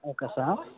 okay sir